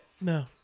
No